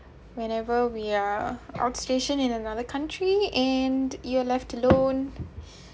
whenever we are outstation in another country and you're left alone